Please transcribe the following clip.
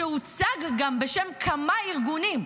שהוצג גם בשם כמה ארגונים,